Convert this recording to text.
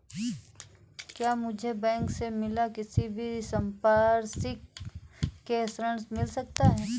क्या मुझे बैंक से बिना किसी संपार्श्विक के ऋण मिल सकता है?